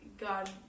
god